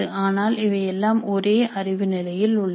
ஆனால் இவை எல்லாம் ஒரே அறிவு நிலையில் உள்ளது